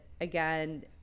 again